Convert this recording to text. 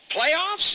Playoffs